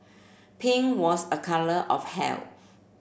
pink was a colour of health